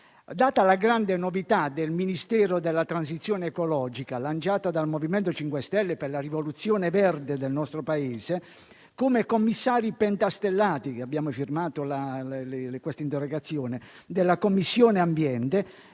Data la grande novità del Ministero della transizione ecologica lanciata dal MoVimento 5 Stelle per la rivoluzione verde del nostro Paese, noi commissari pentastellati della Commissione territorio,